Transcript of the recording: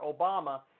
Obama